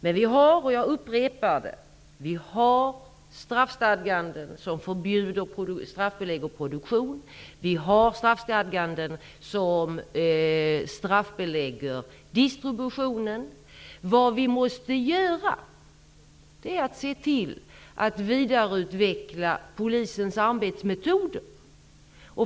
Men vi har -- jag upprepar det -- straffstadganden som straffbelägger produktion och distribution. Vad vi måste göra är att se till att vidareutveckla polisens arbetsmetoder.